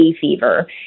fever